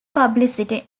publicity